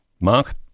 Mark